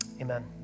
amen